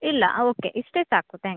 ಇಲ್ಲ ಓಕೆ ಇಷ್ಟೇ ಸಾಕು ತ್ಯಾಂಕ್ ಯು